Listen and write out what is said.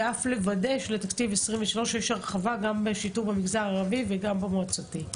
ואף לוודא שלתקציב 23' יש הרחבה גם בשיטור במגזר הערבי וגם במועצתי.